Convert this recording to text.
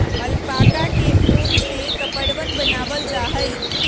alpaca के उन से कपड़वन बनावाल जा हई